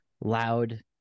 Loud